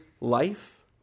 life